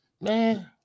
man